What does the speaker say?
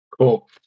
Cool